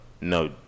no